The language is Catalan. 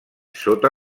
sota